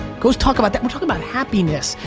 go talk about that. we're talking about happiness.